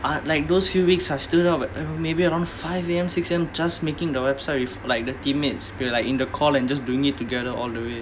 ah like those few weeks I stayed up like uh maybe around five A_M six A_M just making the website with like the teammates we're like in the call and just doing it together all the way